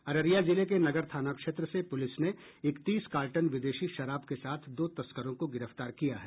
अररिया जिले के नगर थाना क्षेत्र से पुलिस ने इकतीस कार्टन विदेशी शराब के साथ दो तस्करों को गिरफ्तार किया है